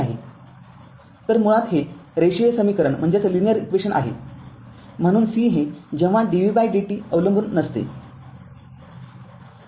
तर मुळात हे रेषीय समीकरण आहे म्हणून c हे जेव्हा dvdt अवलंबून नसते